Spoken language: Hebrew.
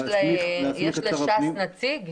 יש לש"ס נציג?